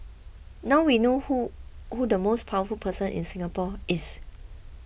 now we know who who the most powerful person in Singapore is